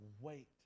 Wait